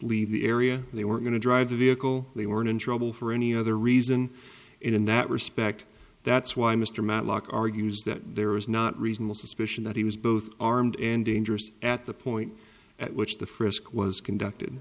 leave the area they were going to drive the vehicle they were in trouble for any other reason in that respect that's why mr matlock argues that there is not reasonable suspicion that he was both armed and dangerous at the point at which the frisk was conducted